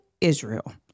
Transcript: Israel